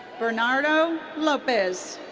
bernardo lopez.